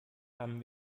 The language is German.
haben